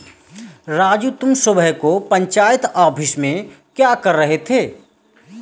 राजू तुम सुबह को पंचायत ऑफिस में क्या कर रहे थे?